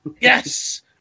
yes